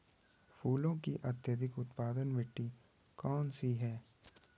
फूलों की अत्यधिक उत्पादन मिट्टी कौन सी है?